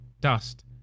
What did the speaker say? dust